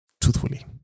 truthfully